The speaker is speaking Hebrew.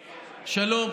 שלום,